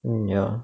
mm ya